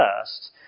first